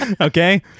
Okay